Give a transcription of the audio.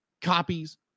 copies